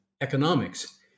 Economics